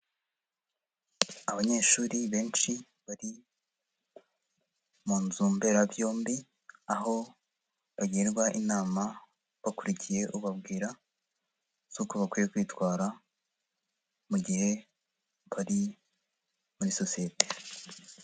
Abanyeshuri benshi, bari mu nzu mberabyombi, aho bagirwa inama, bakurikiye ubabwira z'uko bakwiye kwitwara, mu gihe bari muri sosiyete.